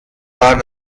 war